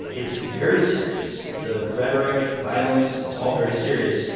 it's very serious the rhetoric, the violence. it's all very serious.